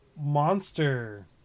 monster